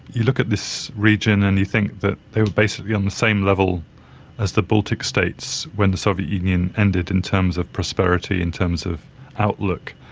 you look at this region and you think that they were basically on the same level as the baltic states when the soviet union ended in terms of prosperity, in terms of outlook,